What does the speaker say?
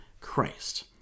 Christ